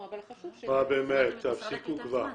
באמת, תפסיקו כבר.